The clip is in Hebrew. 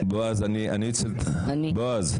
יפה.